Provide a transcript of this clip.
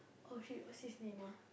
oh shit what's his name ah